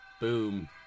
Boom